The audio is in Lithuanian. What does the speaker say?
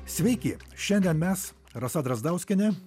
sveiki šiandien mes rasa drazdauskienė